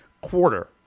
quarter